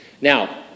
Now